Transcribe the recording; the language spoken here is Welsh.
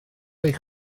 eich